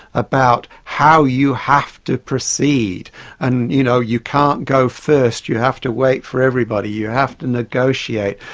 about how you have to proceed and you know you can't go first you have to wait for everybody, you have to negotiate.